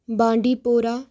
بانٛڈی پورہ